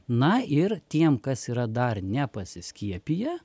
na ir tiem kas yra dar nepasiskiepiję